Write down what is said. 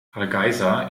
hargeysa